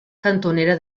cantonera